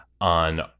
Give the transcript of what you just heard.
on